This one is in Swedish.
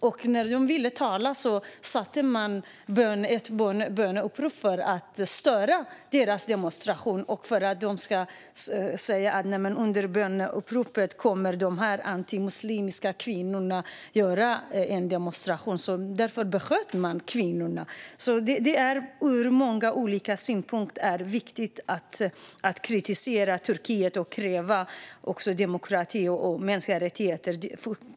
När kvinnorna skulle tala satte man på ett böneutrop för att störa dem, och sedan sa man att de var antimuslimska kvinnor som demonstrerade under ett böneutrop och besköt dem. Ur många olika synpunkter är det viktigt att kritisera Turkiet och kräva demokrati och mänskliga rättigheter.